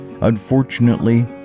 Unfortunately